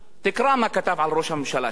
תקרא מה הוא כתב על ראש הממשלה שלנו.